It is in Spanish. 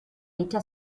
dicha